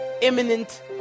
imminent